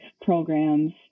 programs